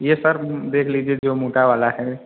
ये सर देख लीजिए जो मोटा वाला है